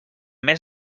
més